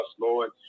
Lord